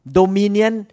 dominion